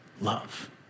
love